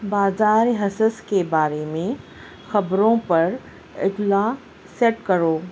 بازار حصص کے بارے میں خبروں پر اطلاع سیٹ کرو